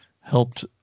helped